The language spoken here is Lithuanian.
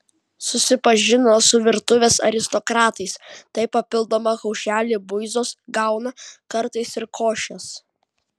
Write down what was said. susipažino su virtuvės aristokratais tai papildomą kaušelį buizos gauna kartais ir košės